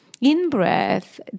In-breath